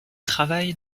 travaille